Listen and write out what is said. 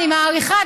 אני מעריכה,